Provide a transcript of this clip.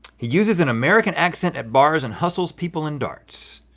he uses an american accent at bars and hustles people in darts.